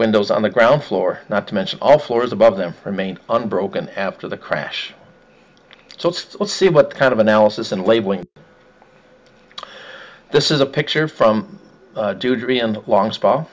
windows on the ground floor not to mention all floors above them remained unbroken after the crash so let's see what kind of analysis and labeling this is a picture from duty and long spa